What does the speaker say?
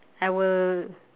I will